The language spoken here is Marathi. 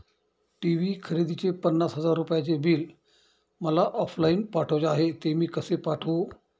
टी.वी खरेदीचे पन्नास हजार रुपयांचे बिल मला ऑफलाईन पाठवायचे आहे, ते मी कसे पाठवू?